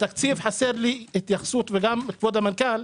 בתקציב חסר לי התייחסות וכבוד המנכ"ל,